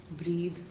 breathe